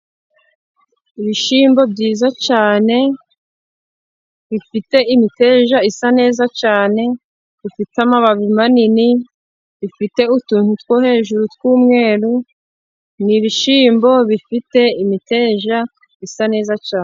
Ibishyimbo byiza cyane bifite imiteja isa neza cyane, bifite amababi manini, bifite utuntu two hejuru tw'umweru nibishyimbo bifite imiteja bisa neza cyane.